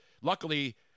luckily